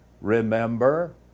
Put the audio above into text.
Remember